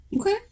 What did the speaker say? Okay